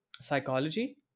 psychology